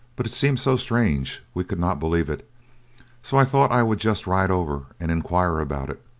but it seemed so strange, we could not believe it so i thought i would just ride over and enquire about it,